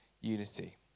unity